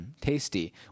Tasty